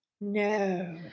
No